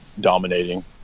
dominating